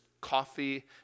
coffee